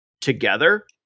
together